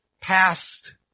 past